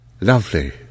Lovely